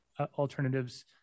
alternatives